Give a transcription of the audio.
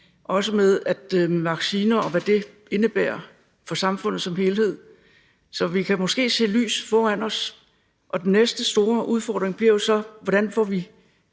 og hvad det indebærer for samfundet som helhed. Så vi kan måske se lys forude. Den næste store udfordring bliver så: Hvordan får vi